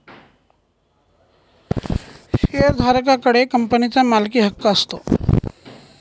शेअरधारका कडे कंपनीचा मालकीहक्क असतो